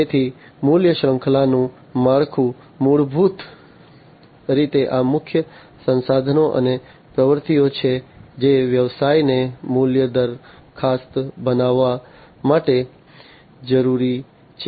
તેથી મૂલ્ય શૃંખલાનું માળખું મૂળભૂત રીતે આ મુખ્ય સંસાધનો અને પ્રવૃત્તિઓ છે જે વ્યવસાયને મૂલ્ય દરખાસ્ત બનાવવા માટે જરૂરી છે